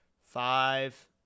five